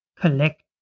collect